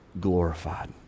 Glorified